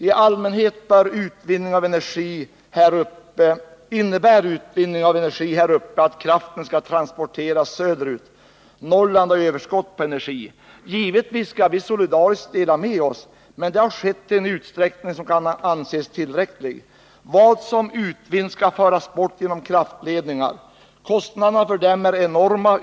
I allmänhet innebär utvinning av energi här uppe att kraften skall transporteras söderut. Norrland har överskott på energi. Givetvis skall vi solidariskt dela med oss, men det har skett i en utsträckning som kan anses tillräcklig. Vad som utvinns skall föras bort genom kraftledningar. Kostnaderna för dem är enorma.